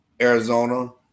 Arizona